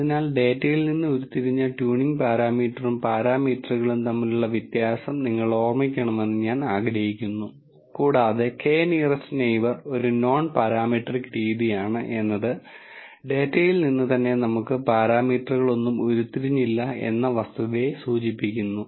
അതിനാൽ ഡാറ്റയിൽ നിന്ന് ഉരുത്തിരിഞ്ഞ ട്യൂണിംഗ് പാരാമീറ്ററും പാരാമീറ്ററുകളും തമ്മിലുള്ള വ്യത്യാസം നിങ്ങൾ ഓർമ്മിക്കണമെന്ന് ഞാൻ ആഗ്രഹിക്കുന്നു കൂടാതെ k നിയറെസ്റ് നെയിബർ ഒരു നോൺ പാരാമെട്രിക് രീതിയാണ് എന്നത് ഡാറ്റയിൽ നിന്ന് തന്നെ നമുക്ക് പാരാമീറ്ററുകളൊന്നും ഉരുത്തിരിഞ്ഞില്ല എന്ന വസ്തുതയെ സൂചിപ്പിക്കുന്നു